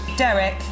Derek